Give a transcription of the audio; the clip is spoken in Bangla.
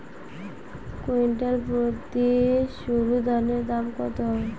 কুইন্টাল প্রতি সরুধানের দাম কত?